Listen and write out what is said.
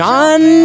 John